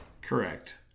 Correct